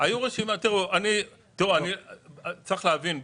צריך להבין,